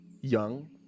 young